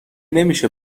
نمیشه